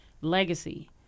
legacy